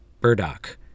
Burdock